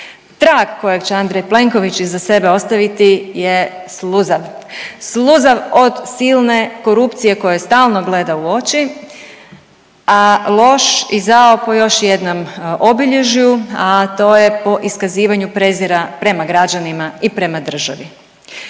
Trag kojeg će Andrej Plenković iza sebe ostaviti je sluzav, sluzav od silne korupcije kojoj stalno gleda u oči, a loš i zao po još jednom obilježju, a to je po iskazivanju prezira prema građanima i prema državi.